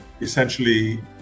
essentially